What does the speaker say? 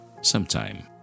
sometime